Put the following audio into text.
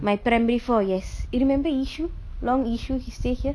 my primary four years remember yishu long yishu he stay here